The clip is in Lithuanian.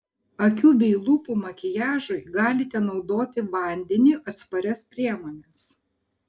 akių bei lūpų makiažui galite naudoti vandeniui atsparias priemones